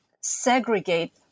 segregate